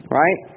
right